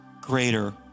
greater